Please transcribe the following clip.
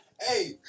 Hey